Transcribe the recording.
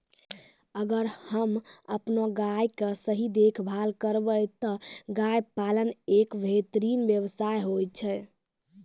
अगर हमॅ आपनो गाय के सही देखभाल करबै त गाय पालन एक बेहतरीन व्यवसाय होय छै